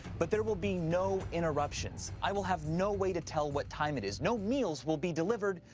but there will be no interruptions. i will have no way to tell what time it is. no meals will be delivered,